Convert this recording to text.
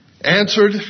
Answered